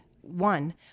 one